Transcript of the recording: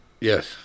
Yes